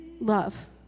Love